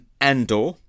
Andor